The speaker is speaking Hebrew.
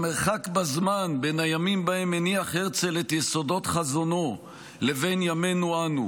המרחק בזמן בין הימים שבהם הניח הרצל את יסודות חזונו לבין ימינו אנו,